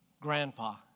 grandpa